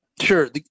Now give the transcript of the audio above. Sure